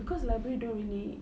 cause library don't really